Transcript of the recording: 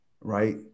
right